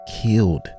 killed